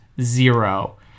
zero